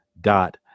dot